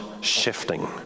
shifting